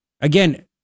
Again